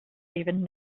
even